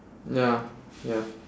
ya ya